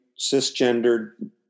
cisgendered